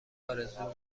آرزو